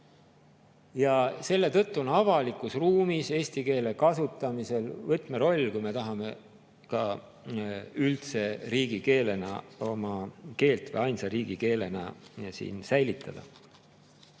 Ja selle tõttu on avalikus ruumis eesti keele kasutamisel võtmeroll, kui me tahame üldse riigikeelena või ainsa riigikeelena oma keelt säilitada.